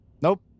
Nope